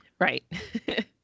Right